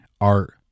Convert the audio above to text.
art